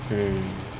mm